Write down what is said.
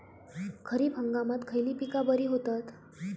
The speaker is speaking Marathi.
खरीप हंगामात खयली पीका बरी होतत?